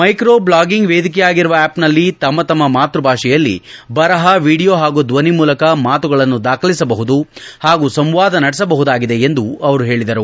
micro blogging ವೇದಿಕೆಯಾಗಿರುವ ಆ್ವಪ್ನಲ್ಲಿ ತಮ್ಮ ತಮ್ಮ ಮಾತ್ಯಭಾಷೆಯಲ್ಲಿ ಬರಹ ವಿಡಿಯೊ ಹಾಗೂ ಧ್ವನಿ ಮೂಲಕ ಮಾತುಗಳನ್ನು ದಾಖಲಿಸಬಹುದು ಹಾಗೂ ಸಂವಾದ ನಡೆಸಬಹುದಾಗಿದೆ ಎಂದು ಅವರು ಹೇಳಿದರು